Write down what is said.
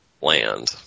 land